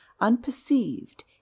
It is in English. unperceived